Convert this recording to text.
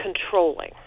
controlling